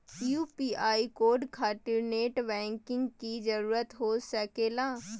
UPI code खातिर net banking की जरूरत हो सके ला?